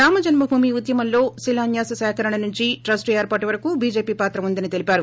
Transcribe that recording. రామ జన్మభూమి ఉద్యమంలో శిలాన్యాస్ సేకరణ నుంచి ట్రస్టు ఏర్పాటు వరకూ బీజేపీ పాత్ర ఉందని తెలిపారు